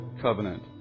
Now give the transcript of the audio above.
covenant